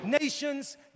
nations